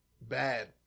bad